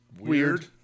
weird